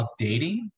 updating